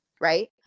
Right